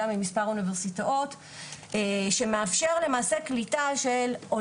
מצויינות מדעית שתאפשר להם להיות הסגן של הראש